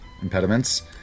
Impediments